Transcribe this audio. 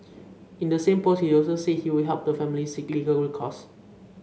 in the same post he also said he would help the family seek legal recourse